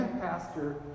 pastor